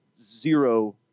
zero